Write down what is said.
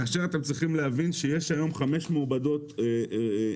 כאשר אתם צריכים להבין שיש היום חמש מעבדות מאושרות